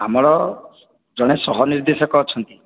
ଆମର ଜଣେ ସହ ନିର୍ଦ୍ଦେଶକ ଅଛନ୍ତି